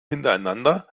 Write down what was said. hintereinander